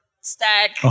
stack